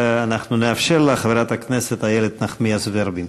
ואנחנו נאפשר לה, חברת הכנסת איילת נחמיאס ורבין.